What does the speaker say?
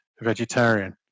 vegetarian